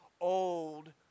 old